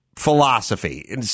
Philosophy